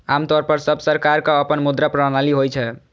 आम तौर पर सब सरकारक अपन मुद्रा प्रणाली होइ छै